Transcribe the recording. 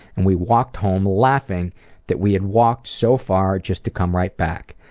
and we walked home laughing that we had walked so far just to come right back.